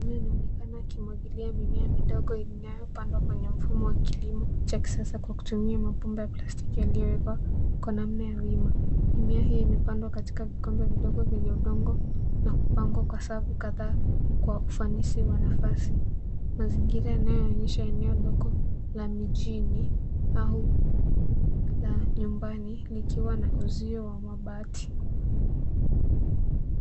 Mwanamume anaonekana akimwagilia mimea midogo inayopandwa kwenye mfumo wa kilimo cha kisasa kwa kutumia mabomba ya plastiki yaliyowekwa kwa namna ya wima. Mimea hii imepandwa katika vikombe vidogo vyenye udongo na kupangwa kwa safu kadhaa kwa ufanisi wa nafasi. Mazingira yanayoonyesha eneo ndogo la mijini au la nyumbani likiwa na uzio wa mabati.